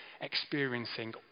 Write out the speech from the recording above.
experiencing